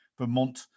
Vermont